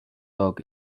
dog